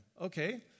Okay